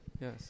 Yes